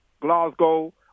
Glasgow